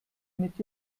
mit